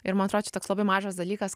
ir man atrodo čia toks labai mažas dalykas